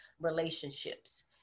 relationships